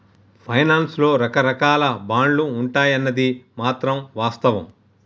finance లో రకరాకాల బాండ్లు ఉంటాయన్నది మాత్రం వాస్తవం